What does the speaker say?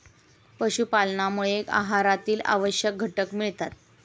पशुपालनामुळे आहारातील आवश्यक घटक मिळतात